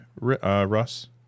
Russ